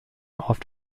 auf